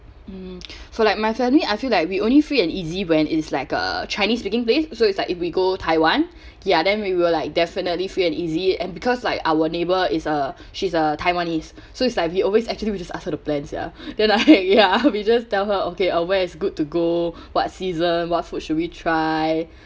mm so like my family I feel like we only free and easy when it's like a chinese speaking place so it's like if we go taiwan ya then we will like definitely free and easy and because like our neighbour is a she's a taiwanese so it's like we always actually we just ask her the plans sia then I ya we just tell her okay uh where is good to go what season what food should we try